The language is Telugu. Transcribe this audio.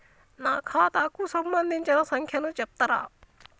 నా ఖాతా కు సంబంధించిన సంఖ్య ను చెప్తరా?